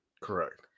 Correct